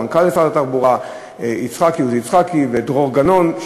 למנכ"ל משרד התחבורה עוזי יצחקי ולדרור גנון,